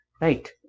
right